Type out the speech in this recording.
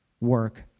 work